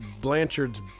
Blanchard's